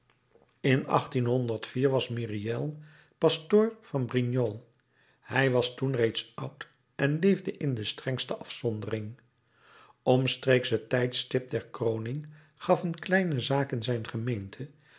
in was myriel pastoor van brignolles hij was toen reeds oud en leefde in de strengste afzondering omstreeks het tijdstip der kroning gaf een kleine zaak in zijn gemeente